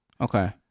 okay